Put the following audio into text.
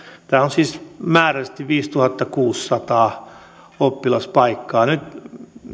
tämä on siis määrällisesti viisituhattakuusisataa oppilaspaikkaa nyt